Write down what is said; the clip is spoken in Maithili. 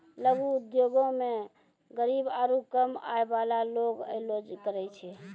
लघु उद्योगो मे गरीब आरु कम आय बाला लोग अयलो करे छै